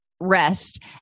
rest